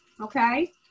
okay